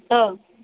औ